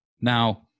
Now